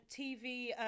tv